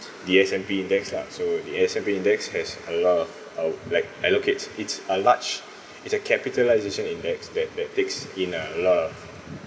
the S and P lah so the S and P index has a lot of bla~ like allocates it's a large it's a capitalisation index that that takes in a lot of